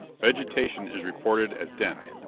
vegetation is reported as dense,